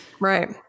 Right